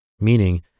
meaning